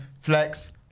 flex